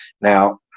Now